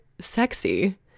sexy